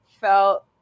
felt